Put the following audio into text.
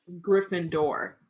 Gryffindor